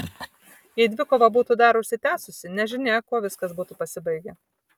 jei dvikova būtų dar užsitęsusi nežinia kuo viskas būtų pasibaigę